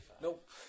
Nope